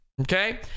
Okay